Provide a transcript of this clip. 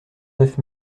neuf